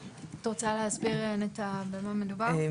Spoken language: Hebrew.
את רוצה להסביר, נטע, במה מדובר?